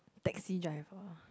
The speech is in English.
taxi driver